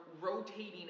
rotating